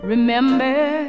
Remember